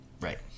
right